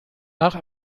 nach